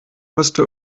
müsste